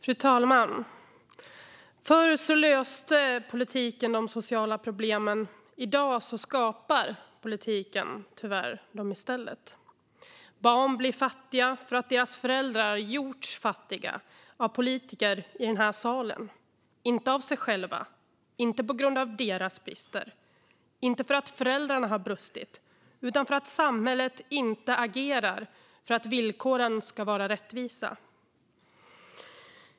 Fru talman! Förr löste politiken de sociala problemen. I dag skapar politiken tyvärr problemen i stället. Barn blir fattiga för att deras föräldrar gjorts fattiga av politiker i den här salen - inte av sig själva, inte på grund av sina brister och inte för att föräldrarna har brustit utan för att samhället inte agerar för att villkoren ska vara rättvisa.